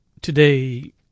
today